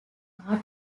coronary